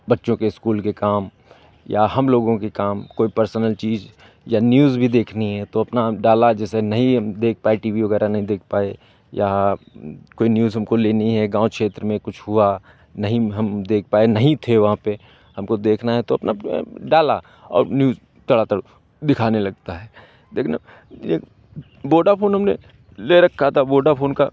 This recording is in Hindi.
बच्चों के इस्कूल के काम या हम लोगों के काम कोई पर्सनल चीज़ या न्यूज़ भी देखनी है तो अपना डाला जैसे नहीं अब देख पाए टी वी वगैरह नहीं देख पाए या कोई न्यूज़ हमको लेनी है गाँव क्षेत्र में कुछ हुआ नहीं हम देख पाए नहीं थे वहाँ पे हमको देखना है तो अपना डाला और न्यूज़ तड़ातड़ दिखाने लगता है देखना एक वोडाफ़ोन हमने ले रखा था वोडाफ़ोन का